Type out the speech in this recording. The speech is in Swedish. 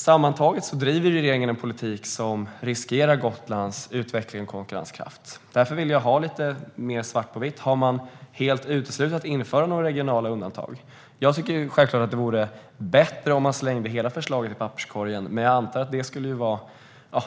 Sammantaget bedriver alltså regeringen en politik som riskerar Gotlands utveckling och konkurrenskraft. Därför vill jag ha svar lite mer svart på vitt: Har man helt uteslutit möjligheten att införa några regionala undantag? Jag tycker självklart att det vore bättre om man slängde hela förslaget i papperskorgen, men jag antar att det vore